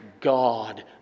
God